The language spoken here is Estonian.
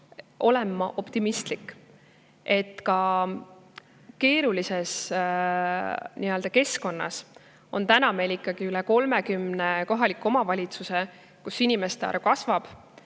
olen ma optimistlik, sest ka keerulises keskkonnas on meil ikkagi üle 30 kohaliku omavalitsuse, kus inimeste arv kasvab.